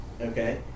Okay